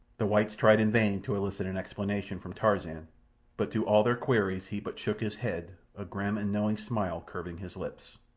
the whites tried in vain to elicit an explanation from tarzan but to all their queries he but shook his head, a grim and knowing smile curving his lips.